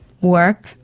work